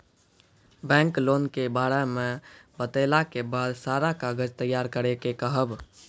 Bank loan के बारे मे बतेला के बाद सारा कागज तैयार करे के कहब?